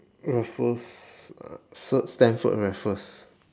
raffles uh sir stamford raffles